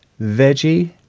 veggie